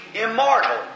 immortal